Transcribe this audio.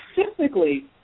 specifically